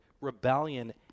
rebellion